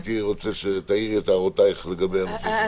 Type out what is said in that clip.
הייתי רוצה שתעירי את הערותייך לגבי הנושא.